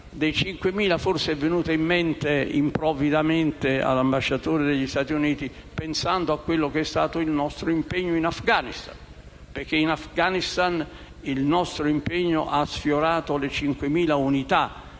italiani forse è venuta in mente improvvidamente all'ambasciatore degli Stati Uniti pensando a quello che è stato il nostro impegno in Afghanistan, perché in Afghanistan il nostro impegno ha sfiorato le 5.000 unità,